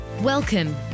Welcome